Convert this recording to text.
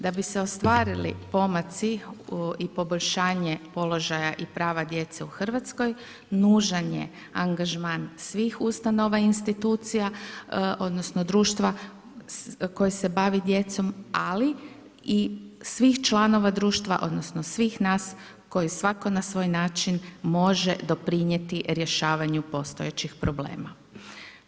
Da bi se ostvarili pomaci i poboljšanje položaja i prava djece u Hrvatskoj nužan je angažman svih ustanova i institucija, odnosno društva koje se bavi djecom, ali i svih članova društva, odnosno svih nas koji svatko na svoj način može doprinijeti rješavanju postojećih problema.